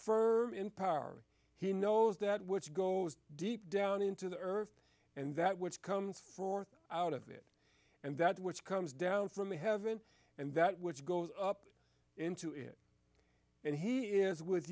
further in power he knows that which goes deep down into the earth and that which comes forth out of it and that which comes down from heaven and that which goes up into it and he is with